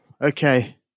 Okay